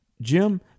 Jim